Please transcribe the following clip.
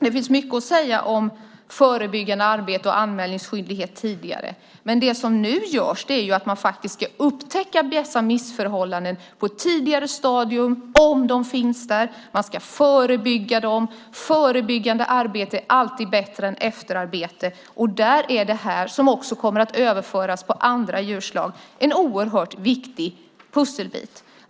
Det finns mycket att säga om tidigare förebyggande arbete och anmälningsskyldighet. Nu ska man faktiskt upptäcka missförhållandena på ett tidigare stadium, om de finns. Man ska förebygga dem. Förebyggande arbete är alltid bättre än efterarbete. Detta, som kommer att överföras också på andra djurslag, är en oerhört viktig pusselbit.